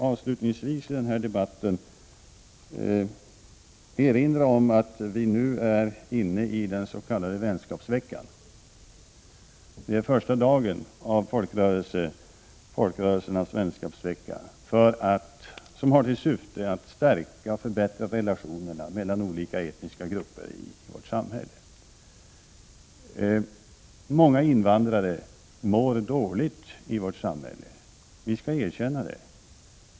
Avslutningsvis vill jag erinra om att vi nu är inne i den s.k. vänskapsveckan. Det är första dagen i folkrörelsernas vänskapsvecka, som har till syfte att förbättra relationerna mellan olika etniska grupper i vårt samhälle. Många invandrare mår dåligt i vårt samhälle. Vi skall erkänna detta.